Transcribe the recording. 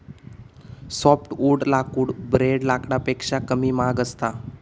softwood लाकूड ब्रेड लाकडापेक्षा कमी महाग असता